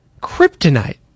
kryptonite